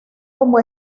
como